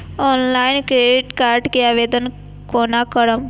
Online credit card के आवेदन कोना करब?